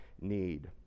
need